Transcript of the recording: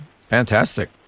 Fantastic